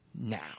now